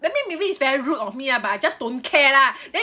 that's mean maybe it's very rude of me ah but I just don't care lah then